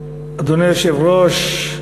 אדוני היושב-ראש,